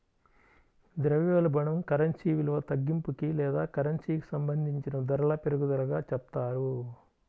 ద్రవ్యోల్బణం కరెన్సీ విలువ తగ్గింపుకి లేదా కరెన్సీకి సంబంధించిన ధరల పెరుగుదలగా చెప్తారు